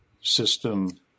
system